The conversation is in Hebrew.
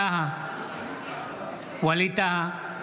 ווליד טאהא,